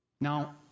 Now